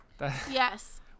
Yes